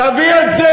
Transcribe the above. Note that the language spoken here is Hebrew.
תביא את זה,